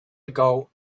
ago